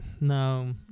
No